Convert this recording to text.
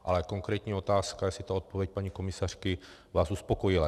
Ale konkrétní otázka, jestli ta odpověď paní komisařky vás uspokojila?